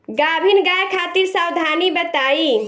गाभिन गाय खातिर सावधानी बताई?